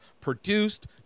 produced